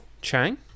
Chang